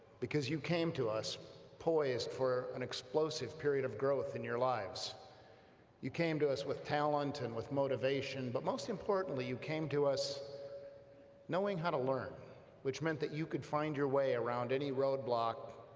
because you came to us poised for an explosive period of growth in your lives came to us with talent and with motivation but most importantly you came to us knowing how to learn which meant that you could find your way around any road block,